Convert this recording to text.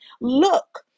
look